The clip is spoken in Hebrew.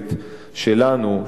גורפת שלנו,